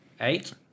Eight